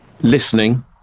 Listening